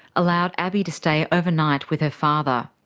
allowed abbey to stay overnight with her father.